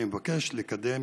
אני מבקש לקדם